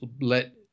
let